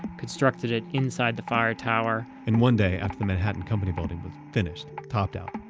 constructed it inside the fire tower. and one day, after the manhattan company building was finished, topped out,